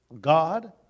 God